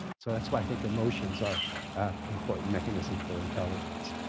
so that's why i think emotions are an important mechanism for intelligence.